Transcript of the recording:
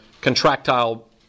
contractile